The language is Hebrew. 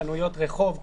חנויות רחוב.